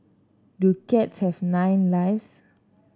do cats have nine lives